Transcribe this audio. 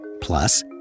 Plus